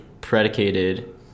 predicated